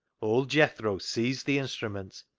old jethro seized the instrument,